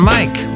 Mike